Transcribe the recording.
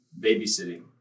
babysitting